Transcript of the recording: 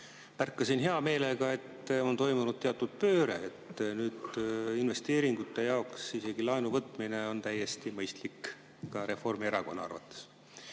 märkasin heameelega, et on toimunud teatud pööre. Nüüd investeeringute jaoks isegi laenu võtmine on täiesti mõistlik ka Reformierakonna arvates.